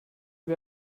wir